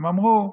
הם אמרו,